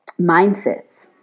mindsets